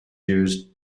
used